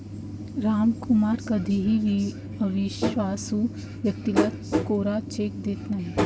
रामकुमार कधीही अविश्वासू व्यक्तीला कोरा चेक देत नाही